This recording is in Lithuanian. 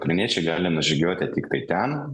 ukrainiečiai gali nužygiuoti tiktai ten